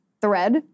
thread